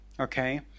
Okay